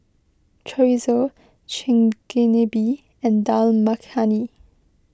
Chorizo Chigenabe and Dal Makhani